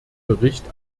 bericht